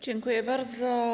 Dziękuję bardzo.